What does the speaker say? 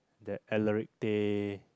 that Alaric-Tay